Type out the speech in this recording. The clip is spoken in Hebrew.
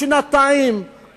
שנתיים,